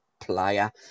player